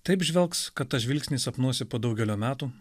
taip žvelgs kad tas žvilgsnį sapnuosi po daugelio metų